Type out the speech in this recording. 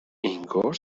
انگار